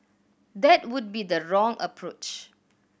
that would be the wrong approach